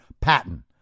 Patton